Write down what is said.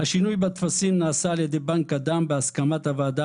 "השינוי בטפסים נעשה על-ידי בנק הדם בהסכמת הוועדה